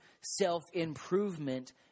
self-improvement